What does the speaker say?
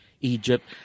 Egypt